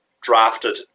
drafted